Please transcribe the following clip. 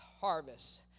harvest